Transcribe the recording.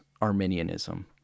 Arminianism